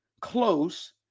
close